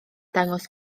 dangos